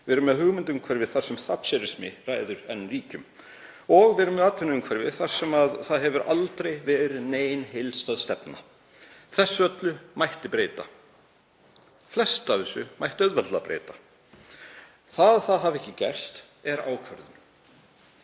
Við erum með hugmyndaumhverfi þar sem thatcherismi ræður enn ríkjum og við erum með atvinnuumhverfi þar sem aldrei hefur verið nein heildstæð stefna. Þessu öllu mætti breyta. Flestu af þessu mætti auðveldlega breyta. Að það hafi ekki enn gerst er ákvörðun.